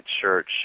church